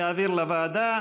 להעביר לוועדה,